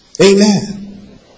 Amen